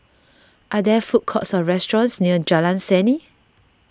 are there food courts or restaurants near Jalan Seni